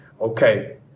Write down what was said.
okay